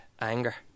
anger